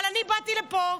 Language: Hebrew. אבל אני באתי לפה,